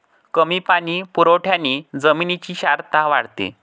कमी पाणी पुरवठ्याने जमिनीची क्षारता वाढते